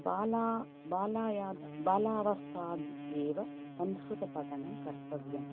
बाला बालाय बालावस्थादेव संस्कृतपठनं कर्तव्यं